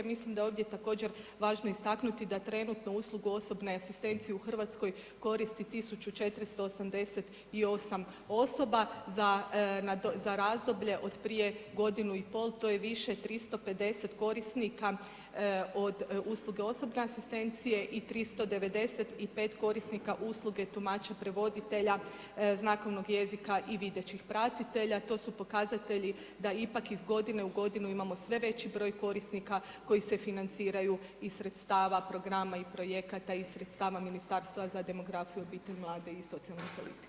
Mislim da je ovdje također važno istaknuti da trenutno usluge osobne asistencije u Hrvatskoj koristi 1488 osoba za razdoblje od prije godinu i pol, to je više 350 korisnika od usluge osobne asistencije i 395 korisnika usluge tumač i prevoditelja znakovnog jezika i videćih pratiteljica, to su pokazatelji da ipak iz godine u godinu imamo sve veći broj korisnika koji se financiraju iz sredstava programa i projekata iz Ministarstva za demografiju, obitelj, mlade i socijalnu politiku.